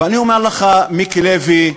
ואני אומר לך, מיקי לוי,